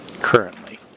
currently